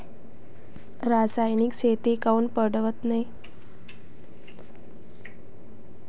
रासायनिक शेती काऊन परवडत नाई?